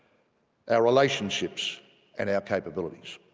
our relationships and our capabilities.